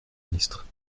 ministre